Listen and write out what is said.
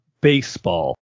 Baseball